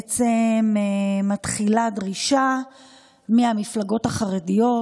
מתחילה דרישה מהמפלגות החרדיות,